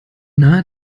nahe